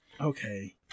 Okay